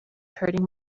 hurting